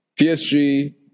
PSG